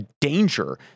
danger